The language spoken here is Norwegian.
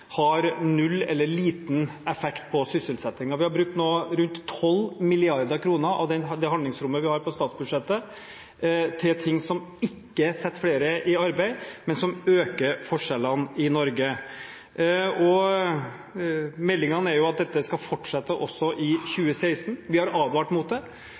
har null eller liten effekt på sysselsettingen. Vi har nå brukt rundt 12 mrd. kr av det handlingsrommet vi har på statsbudsjettet, til ting som ikke setter flere i arbeid, men som øker forskjellene i Norge. Meldingene er jo at dette skal fortsette også i 2016. Vi har advart mot det,